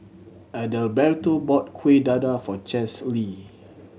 Adalberto bought Kuih Dadar for Chesley